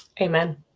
Amen